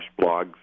blogs